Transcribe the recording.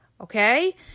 okay